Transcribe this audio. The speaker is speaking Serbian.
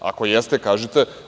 Ako jeste, kažite.